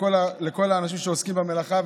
לכל האנשים שעוסקים במלאכה.